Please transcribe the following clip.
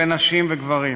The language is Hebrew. בין נשים לגברים.